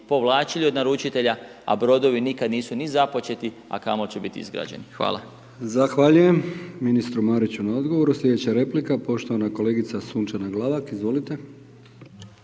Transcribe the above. povlačili od naručitelja, a brodovi nikad nisu ni započeti, a kamoli će biti izgrađeni. Hvala. **Brkić, Milijan (HDZ)** Zahvaljujem ministru Mariću na odgovoru. Slijedeća replika poštovana kolegica Sunčana Glavak, izvolite.